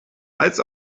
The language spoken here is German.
als